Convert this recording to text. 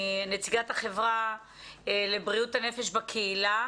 נציגת החברה לבריאות הנפש בקהילה.